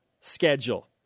schedule